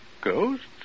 Ghosts